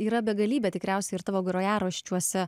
yra begalybė tikriausiai ir tavo grojaraščiuose